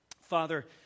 Father